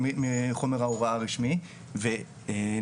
אגב,